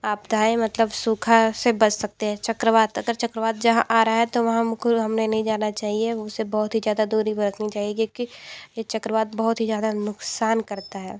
आपदाएँ मतलब सूखा से बच सकते हैं चक्रवात अगर चक्रवात जहाँ आ रहा है तो वहाँ बिल्कुल हमने नहीं जाना चाहिए उसे बहुत ही ज़्यादा दूरी बरतनी चाहिए क्योंकि ये चक्रवात बहुत ही ज़्यादा नुकसान करता है